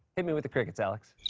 hit me with the crickets, alex.